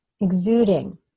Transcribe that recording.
Exuding